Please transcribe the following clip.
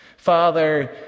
Father